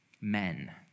Men